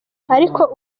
ariko